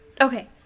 Okay